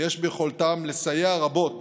ויש ביכולתם לסייע רבות